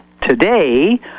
today